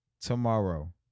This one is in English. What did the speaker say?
tomorrow